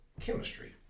chemistry